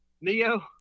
Neo